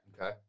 Okay